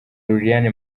lilian